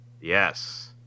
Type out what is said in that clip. Yes